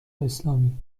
اسلامی